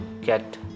get